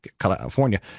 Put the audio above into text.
California